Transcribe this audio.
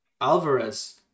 alvarez